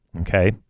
Okay